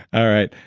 all right.